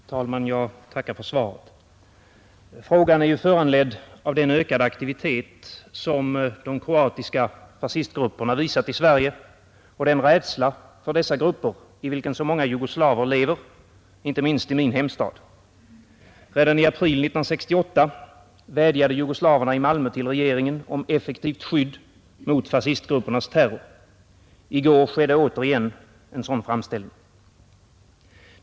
Fru talman! Jag tackar för svaret. Frågan är föranledd av den ökade aktivitet som de kroatiska fascistgrupperna visat i Sverige och den rädsla för dessa grupper i vilken så många jugoslaver lever, inte minst i min hemstad. Redan i april 1968 vädjade jugoslaverna i Malmö till regeringen om effektivt skydd mot fascistgruppernas terror. I går gjordes återigen en sådan framställning.